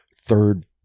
third